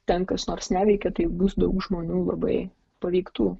ten kas nors neveikia tai bus daug žmonių labai paveiktų